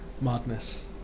madness